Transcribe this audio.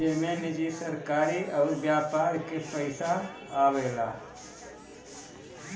जेमे निजी, सरकारी अउर व्यापार के पइसा आवेला